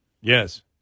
Yes